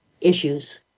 issues